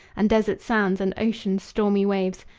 and desert sands, and ocean's stormy waves,